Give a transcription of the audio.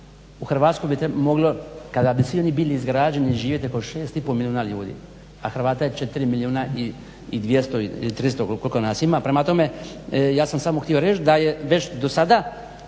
u Hrvatsku bi moglo kada bi svi oni bili izgrađeni živjeti oko 6,5 milijuna ljudi, a Hrvata je 4 milijuna i 200, 300, koliko nas ima. Prema tome, ja sam samo htio reći da je već do sada